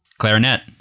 Clarinet